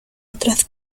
otras